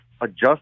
adjust